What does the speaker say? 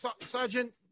Sergeant